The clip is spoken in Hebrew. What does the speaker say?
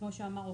כמו שאמר אופיר,